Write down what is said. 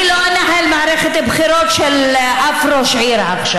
אני לא אנהל מערכת בחירות של אף ראש עיר עכשיו.